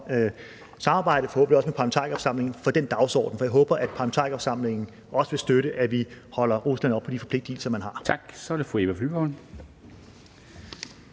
samarbejde og forhåbentlig også en parlamentarikerforsamling for den dagsorden, for jeg håber, at parlamentarikerforsamlingen også vil støtte, at vi holder Rusland op på de forpligtelser, man har.